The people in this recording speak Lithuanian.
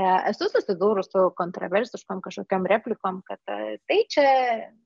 esu susidūrus su kontraversiškom kažkokiom replikomis kad ta tai čia